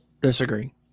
Disagree